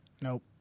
Nope